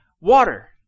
water